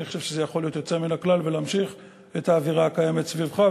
אני חושב שזה יכול להיות יוצא מן הכלל ולהמשיך את האווירה הקיימת סביבך,